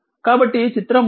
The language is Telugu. కాబట్టి చిత్రం 39